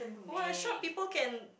why short people can